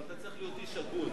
אבל אתה צריך להיות איש הגון.